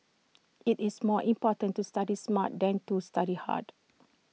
IT is more important to study smart than to study hard